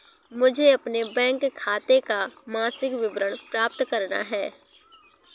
मुझे अपने बैंक खाते का मासिक विवरण प्राप्त करना है?